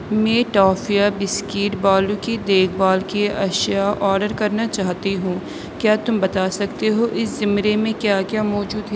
میں ٹافیا بسکٹ بالو کی دیکھ بھال کی اشیا آرڈر کرنا چاہتی ہوں کیا تم بتا سکتے ہو اس زمرے میں کیا کیا موجود ہے